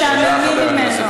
משתעממים ממנו.